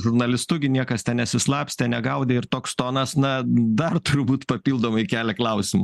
žurnalistu gi niekas ten nesislapstė negaudė ir toks tonas na dar turbūt papildomai kelia klausimų